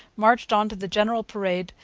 marched on to the general parade,